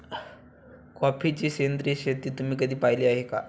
कॉफीची सेंद्रिय शेती तुम्ही कधी पाहिली आहे का?